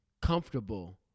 comfortable